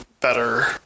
better